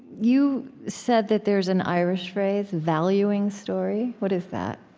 you said that there's an irish phrase, valuing story. what is that?